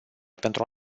pentru